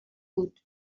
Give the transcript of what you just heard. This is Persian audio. بود